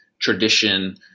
tradition